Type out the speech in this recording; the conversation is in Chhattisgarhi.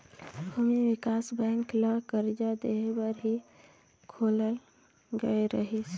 भूमि बिकास बेंक ल करजा देहे बर ही खोलल गये रहीस